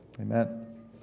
Amen